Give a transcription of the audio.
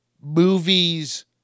movies